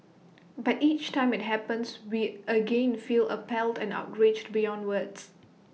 but each time IT happens we again feel appalled and outraged beyond words